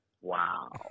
Wow